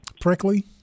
Prickly